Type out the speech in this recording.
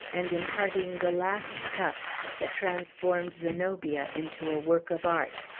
and imparting the last touch that transformed zenobia into a work of art.